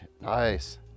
nice